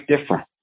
different